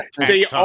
See